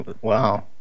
Wow